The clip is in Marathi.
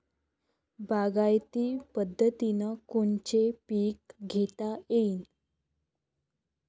बागायती पद्धतीनं कोनचे पीक घेता येईन?